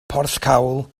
porthcawl